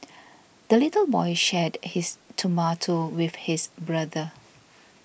the little boy shared his tomato with his brother